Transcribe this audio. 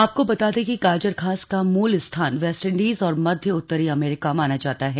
आपको बता दें कि गाजर घास का मूल स्थान वेस्टइंडीज और मध्य उत्तरी अमेरिका माना जाता है